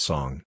Song